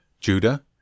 Judah